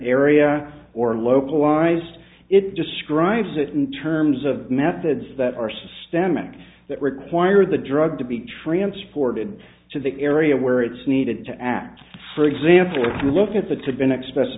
area or localized it describes it in terms of methods that are systemic that require the drug to be transported to the area where it's needed to act for example if you look at the to been expressive